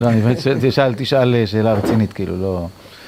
תשאל שאלה רצינית, כאילו, לא...